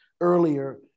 earlier